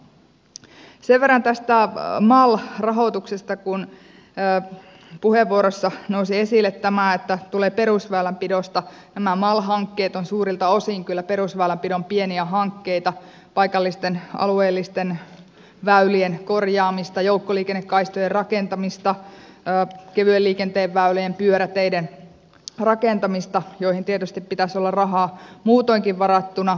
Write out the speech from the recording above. sen verran tästä mal rahoituksesta että kun puheenvuorossa nousi esille että ne tulevat perusväylänpidosta niin nämä mal hankkeet ovat suurelta osin kyllä perusväylänpidon pieniä hankkeita paikallisten alueellisten väylien korjaamista joukkoliikennekaistojen rakentamista kevyen liikenteen väylien pyöräteiden rakentamista joihin tietysti pitäisi olla rahaa muutoinkin varattuna